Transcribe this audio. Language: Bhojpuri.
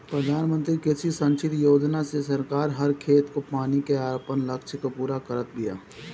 प्रधानमंत्री कृषि संचित योजना से सरकार हर खेत को पानी के आपन लक्ष्य के पूरा करत बिया